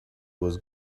was